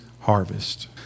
harvest